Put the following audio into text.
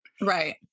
Right